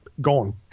gone